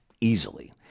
easily